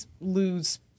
lose